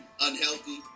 unhealthy